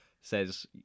says